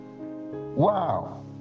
wow